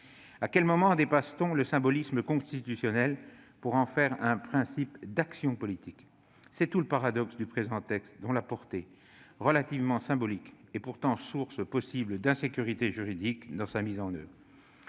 À quel moment dépasse-t-on le symbolisme constitutionnel pour en faire un principe d'action politique ? C'est tout le paradoxe du présent texte, dont la portée, relativement symbolique, est pourtant source possible d'insécurité juridique dans sa mise en oeuvre.